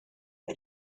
wer